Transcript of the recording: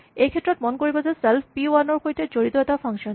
এইক্ষেত্ৰত মন কৰিবা যে ছেল্ফ পি ৱান ৰ সৈতে জড়িত এটা ফাংচন